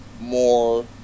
more